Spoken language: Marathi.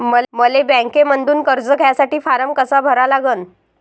मले बँकेमंधून कर्ज घ्यासाठी फारम कसा भरा लागन?